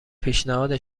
پیشنهاد